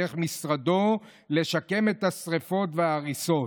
דרך משרדו לשקם את השרפות וההריסות,